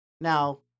Now